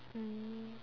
mm